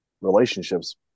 relationships